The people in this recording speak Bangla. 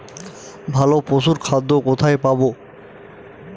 ভালো পশুর খাদ্য কোথায় পাবো?